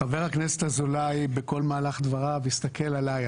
חבר הכנסת אזולאי, בכול מהלך דבריו הסתכל עלי.